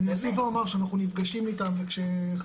אני אוסיף ואומר שאנחנו נפגשים איתם וכשחברת